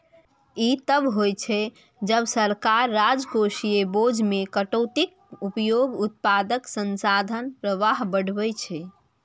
ई तब होइ छै, जब सरकार राजकोषीय बोझ मे कटौतीक उपयोग उत्पादक संसाधन प्रवाह बढ़बै छै